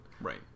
right